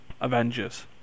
Avengers